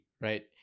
right